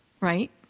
Right